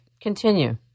continue